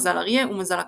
מזל אריה ומזל עקרב.